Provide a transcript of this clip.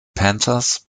panthers